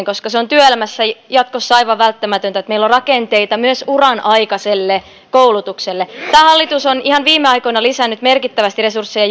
koska se on työelämässä jatkossa aivan välttämätöntä että meillä on rakenteita myös uran aikaiselle koulutukselle tämä hallitus on ihan viime aikoina lisännyt merkittävästi resursseja